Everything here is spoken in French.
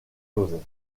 joseph